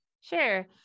Sure